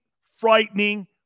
frightening